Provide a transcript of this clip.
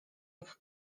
jak